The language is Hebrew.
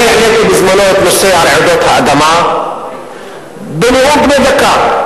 אני העליתי בזמנו את נושא רעידות האדמה בנאום בן דקה,